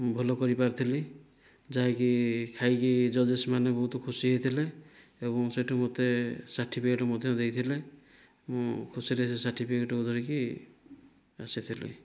ମୁଁ ଭଲ କରିପାରିଥିଲି ଯାହାକି ଖାଇକି ଜଜେସ୍ ମାନେ ବହୁତ ଖୁସି ହୋଇଥିଲେ ଏବଂ ସେଇଠୁ ମୋତେ ସାର୍ଟିଫିକେଟ୍ ମଧ୍ୟ ଦେଇଥିଲେ ମୁଁ ଖୁସିରେ ସେ ସାର୍ଟିଫିକେଟ୍ କୁ ଧରିକି ଆସିଥିଲି